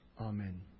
Amen